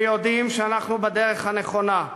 ויודעים שאנחנו בדרך הנכונה.